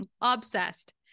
obsessed